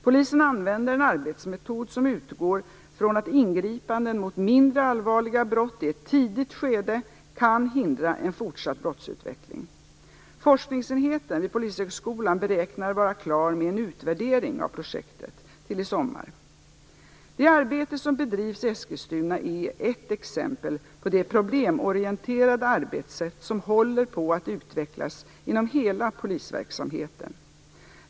Polisen använder en arbetsmetod som utgår från att ingripanden mot mindre allvarliga brott i ett tidigt skede kan hindra en fortsatt brottsutveckling. Forskningsenheten vid Polishögskolan beräknar vara klar med en utvärdering av projektet till i sommar. Det arbete som bedrivs i Eskilstuna är ett exempel på det problemorienterade arbetssätt som håller på att utvecklas inom hela polisverksamheten.